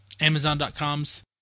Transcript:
Amazon.com's